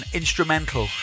instrumental